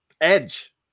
edge